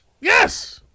Yes